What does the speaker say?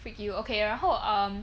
freak you ok 然后 um